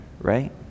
right